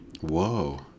Whoa